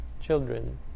children